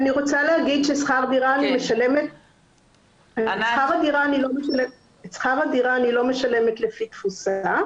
אני רוצה להגיד שאת שכר הדירה אני לא משלמת לפי תפוסה,